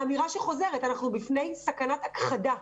האמירה שחוזרת: אנחנו בפני סכנת הכחדה.